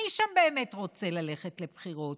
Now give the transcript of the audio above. מי שם באמת רוצה ללכת לבחירות.